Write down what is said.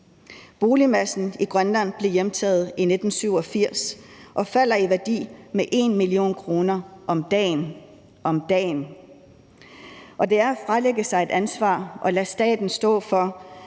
Boligmassen i Grønland blev hjemtaget i 1987 og falder i værdi med 1 mio. kr. om dagen – om dagen. Og det er at fralægge sig et ansvar at lade staten stå for